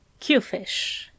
Qfish